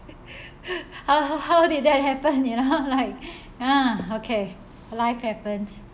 how how did that happen you know like ah okay life happens